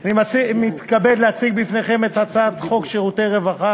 אני מתכבד להציג בפניכם את הצעת חוק שירותי רווחה